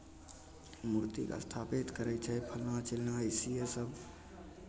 मूर्तिकेँ स्थापित करै छै फल्लाँ चिल्लाँ अइसे ही सभ